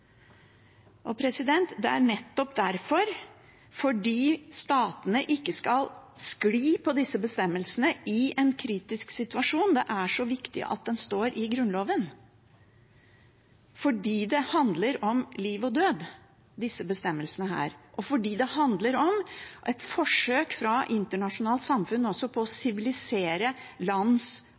Det er nettopp derfor, fordi statene ikke skal skli på disse bestemmelsene i en kritisk situasjon, det er så viktig at det står i Grunnloven, fordi disse bestemmelsene handler om liv og død, og fordi det handler om et forsøk fra det internasjonale samfunn også på å sivilisere lands